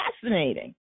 fascinating